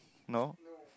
no